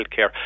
healthcare